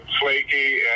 flaky